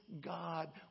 God